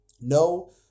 No